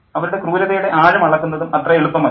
അവരുടെ ക്രൂരതയുടെ ആഴം അളക്കുന്നതും അത്ര എളുപ്പമല്ല